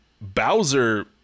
Bowser